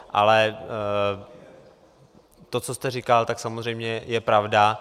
Ale to, co jste říkal, je samozřejmě pravda.